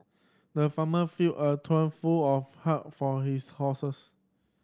the farmer filled a trough full of hay for his horses